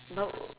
but w~